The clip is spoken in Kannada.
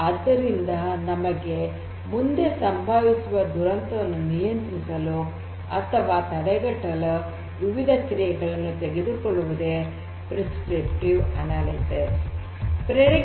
ಆದ್ದರಿಂದ ಮುಂದೆ ಸಂಭವಿಸುವ ದುರಂತವನ್ನು ನಿಯಂತ್ರಿಸಲು ಅಥವಾ ತಡೆಗಟ್ಟಲು ವಿವಿಧ ಕ್ರಿಯೆಗಳನ್ನು ತೆಗೆದುಕೊಳ್ಳುವುದೇ ಪ್ರಿಸ್ಕ್ರಿಪ್ಟಿವ್ ಅನಲಿಟಿಕ್ಸ್